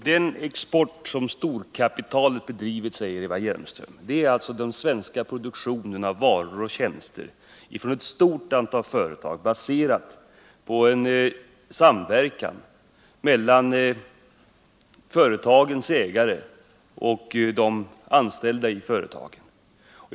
Herr talman! Den export som storkapitalet bedrivit, säger Eva Hjelmström. Det är alltså den svenska produktionen av varor och tjänster från ett stort antal företag, baserad på samverkan mellan företagens ägare och de anställda i företagen.